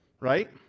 right